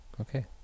okay